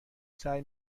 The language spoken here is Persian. سعی